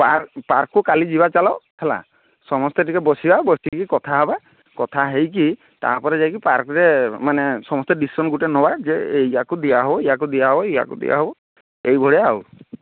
park ପାର୍କ୍କୁ କାଲି ଯିବା ଚାଲ ହେଲା ସମସ୍ତେ ଟିକେ ବସିବା ବସିକି କଥାହେବା କଥା ହୋଇକି ତାପରେ ଯାଇକି ପାର୍କ୍ରେ ମାନେ ସମସ୍ତେ ଡିସିସନ୍ ଗୋଟିଏ ନେବା ଯେ ଏଇୟାକୁ ଦିଆହେଉ ଏଇୟାକୁ ଦିଆହେଉ ଏଇୟାକୁ ଦିଆହେଉ ଏଇଭଳିଆ ଆଉ